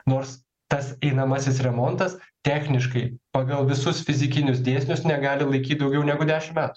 nors tas einamasis remontas techniškai pagal visus fizikinius dėsnius negali laikyt daugiau negu dešim metų